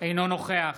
אינו נוכח